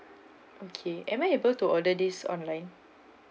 okay am I able to order this online